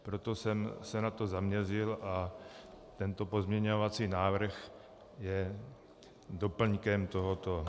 Proto jsem se na to zaměřil a tento pozměňovací návrh je doplňkem tohoto.